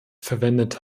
verwendet